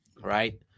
Right